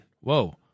Whoa